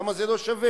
למה זה לא שווה?